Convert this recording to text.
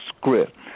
script